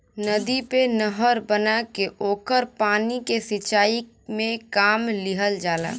नदी पे नहर बना के ओकरे पानी के सिंचाई में काम लिहल जाला